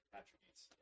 attributes